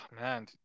man